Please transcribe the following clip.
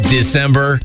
December